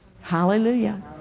Hallelujah